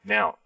Now